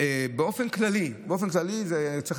זה מטרד.